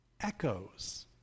echoes